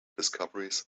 discoveries